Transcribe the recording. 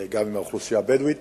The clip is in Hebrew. וגם עם האוכלוסייה הבדואית,